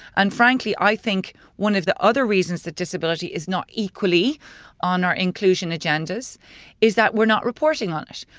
and frankly, i think one of the other reasons that disability is not equally on our inclusion agendas is that we're not reporting on it.